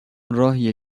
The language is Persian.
راهیه